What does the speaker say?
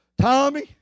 Tommy